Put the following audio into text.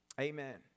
Amen